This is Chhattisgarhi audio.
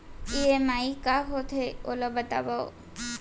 ई.एम.आई का होथे, ओला बतावव